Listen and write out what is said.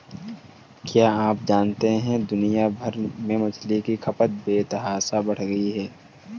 क्या आप जानते है दुनिया भर में मछली की खपत बेतहाशा बढ़ गयी है?